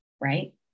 right